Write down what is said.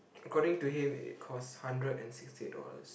according to him it costs hundred and sixty eight dollars